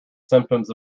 symptoms